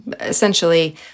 essentially